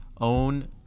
own